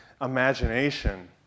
imagination